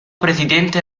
presidente